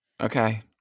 Okay